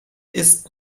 ist